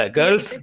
girls